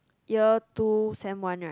year two sem one right